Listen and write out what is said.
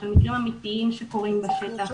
של מקרים אמיתיים שקורים בשטח,